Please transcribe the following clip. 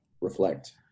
reflect